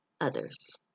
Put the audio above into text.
others